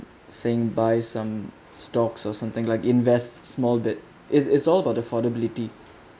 saying buy some stocks or something like invest small but it's it's all about affordability